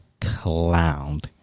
clowned